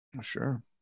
Sure